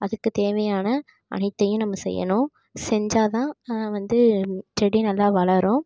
அதுக்குத் தேவையான அனைத்தையும் நம்ம செய்யணும் செஞ்சால் தான் வந்து செடி நல்லா வளரும்